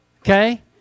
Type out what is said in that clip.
Okay